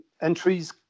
Entries